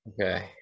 Okay